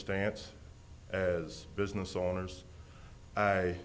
stance as business owners i